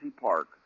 Park